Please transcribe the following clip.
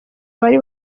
bari